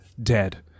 dead